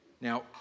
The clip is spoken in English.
Now